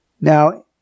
Now